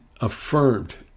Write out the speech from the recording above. affirmed